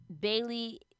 Bailey